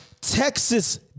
Texas